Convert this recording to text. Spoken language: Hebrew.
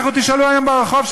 לכו תשאלו היום ברחוב,